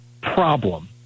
problem